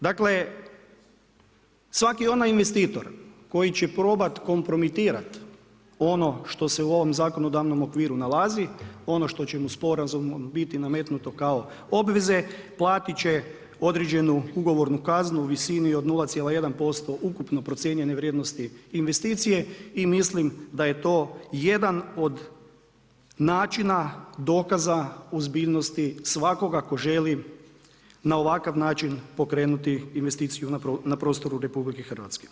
Dakle, svaki onaj investitor koji će probati kompromitirati ono što se u ovom zakonodavnom okviru nalazi, ono što će mu u sporazumu biti nametnuto kao obveze, platit će određenu ugovornu kaznu u visini od 0,1% ukupne procijenjene vrijednosti investicije i mislim da je to jedan od načina, dokaza ozbiljnosti svakoga tko želi na ovakav način pokrenuti investiciju na prostoru RH.